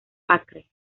acre